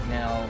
Now